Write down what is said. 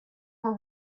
were